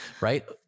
Right